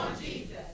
Jesus